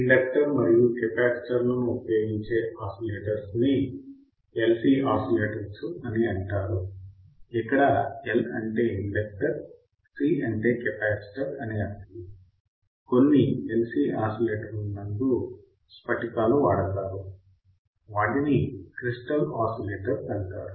inductor మరియు కెపాసిటర్లను ఉపయోగించే ఆసిలేటర్స్ ని LC ఆసిలేటర్స్ అని అంటారు ఇక్కడ L అంటే ఇండక్టర్ C అంటే కెపాసిటర్ అని అర్ధము కొన్ని LC ఆసిలేటర్స్ నందు స్ఫటికాలు వాడతారు వాటిని క్రిస్టల్ ఆసిలేటర్స్ అంటారు